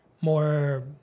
more